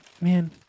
Man